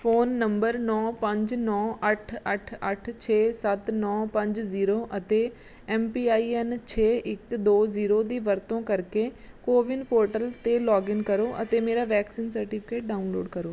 phone number ਨੌਂ ਪੰਜ ਨੌਂ ਅੱਠ ਅੱਠ ਅੱਠ ਛੇ ਸੱਤ ਨੌਂ ਪੰਜ ਜ਼ੀਰੋ ਅਤੇ ਐਮ ਪੀ ਆਈ ਐਨ ਛੇ ਇੱਕ ਦੋ ਜ਼ੀਰੋ ਦੀ ਵਰਤੋਂ ਕਰਕੇ ਕੋਵਿਨ ਪੋਰਟਲ 'ਤੇ ਲੌਗਇਨ ਕਰੋ ਅਤੇ ਮੇਰਾ ਵੈਕਸੀਨ ਸਰਟੀਫਿਕੇਟ ਡਾਊਨਲੋਡ ਕਰੋ